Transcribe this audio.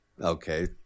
Okay